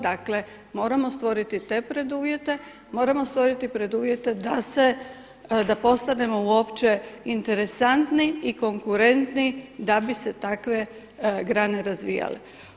Dakle, moramo stvoriti te preduvjete, moramo stvoriti preduvjete da se, da postanemo uopće interesantni i konkurentni da bi se takve grane razvijale.